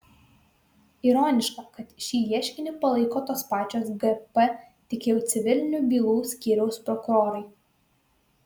ironiška kad šį ieškinį palaiko tos pačios gp tik jau civilinių bylų skyriaus prokurorai